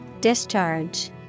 Discharge